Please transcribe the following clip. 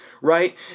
right